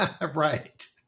Right